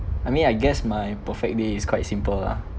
I mean I guess my perfect day is quite simple ah